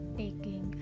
taking